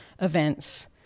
events